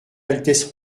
altesse